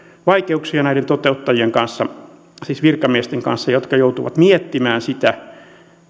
vaikeuksia näiden toteuttajien kanssa siis virkamiesten kanssa jotka joutuvat miettimään sitä